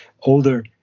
older